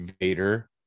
vader